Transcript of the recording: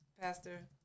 pastor